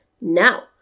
Now